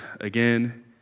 again